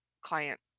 client